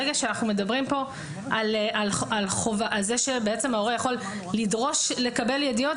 ברגע שאנחנו מדברים כאן על כך שהורה יכול לדרוש לקבל ידיעות,